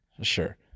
sure